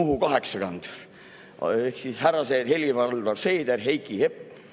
Muhu kaheksakand – ehk siis härrased Helir-Valdor Seeder, Heiki Hepner,